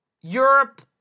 Europe